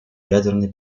ядерной